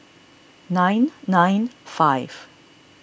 nine nine five